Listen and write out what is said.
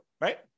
right